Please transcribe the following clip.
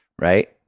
right